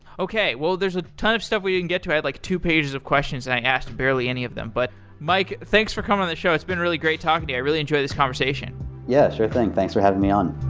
okay, there's a ton of stuff we didn't get to. i had like two pages of questions and i asked barely any of them. but mike, thanks for coming on the show. it's been really great talking to you. i really enjoyed this conversation yeah, sure thing. thanks for having me on